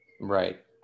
Right